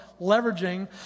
leveraging